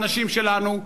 האנשים שלנו,